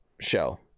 Show